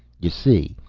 you see,